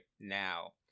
now